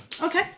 Okay